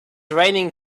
raining